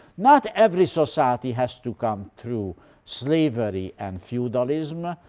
not every society has to come through slavery and feudalism.